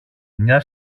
μια